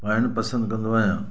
पाइण पसंदि कंदो आहियां